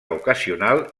ocasional